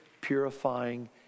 purifying